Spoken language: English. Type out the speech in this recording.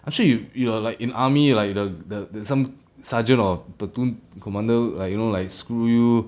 I'm sure you you are like in army like the the the some sergeant or platoon commander like you know like screw you